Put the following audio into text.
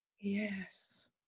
Yes